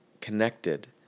connected